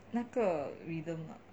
那个 rhythm ah